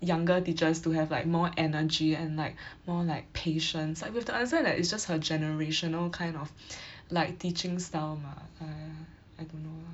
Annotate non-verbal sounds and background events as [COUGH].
younger teachers to have like more energy and like [BREATH] more like patience like we have to understand it's just her generational kind of [BREATH] like teaching style mah !aiya! I don't know lah